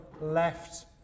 left